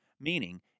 Meaning